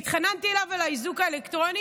והתחננתי אליו בעניין האיזוק האלקטרוני,